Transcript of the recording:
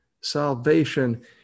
Salvation